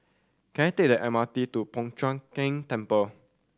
can I take the M R T to Po Chiak Keng Temple